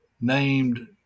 named